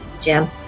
Jim